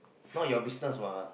not your business what